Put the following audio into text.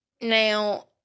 now